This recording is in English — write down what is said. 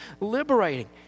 liberating